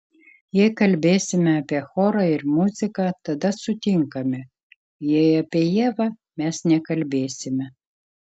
jei kalbėsime apie chorą ir muziką tada sutinkame jei apie ievą mes nekalbėsime